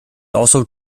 also